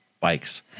bikes